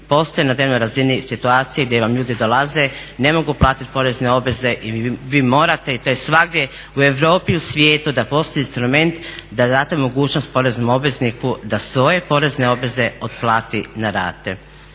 postoje na dnevnoj razini situacije gdje vam ljudi dolaze, ne mogu platiti porezne obveze i vi morate i to je svagdje u Europi i u svijetu da postoji instrument da date mogućnost poreznom obvezniku da svoje porezne obveze otplati na rate.